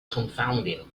confounding